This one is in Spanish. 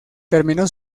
terminó